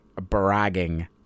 bragging